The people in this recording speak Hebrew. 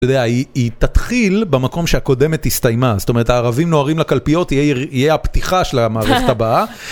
אתה יודע, היא תתחיל במקום שהקודמת הסתיימה, זאת אומרת, הערבים נוהרים לקלפיות יהיה הפתיחה של המערכת הבאה.